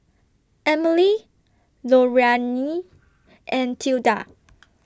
Emily Lorrayne and Tilda